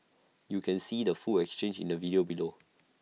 you can see the full exchange in the video below